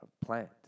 plant